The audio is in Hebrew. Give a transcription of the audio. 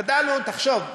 מעכשיו,